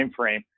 timeframe